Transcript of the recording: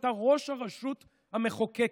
אתה ראש הרשות המחוקקת,